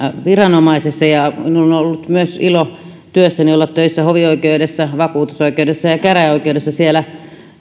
viranomaisissa ja minulla on ollut myös ilo työssäni olla töissä hovioikeudessa vakuutusoikeudessa ja käräjäoikeudessa siellä